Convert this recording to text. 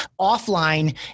offline